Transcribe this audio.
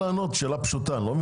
שאלה פשוטה.